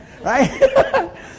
right